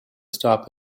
stop